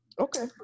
Okay